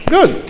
Good